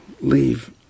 leave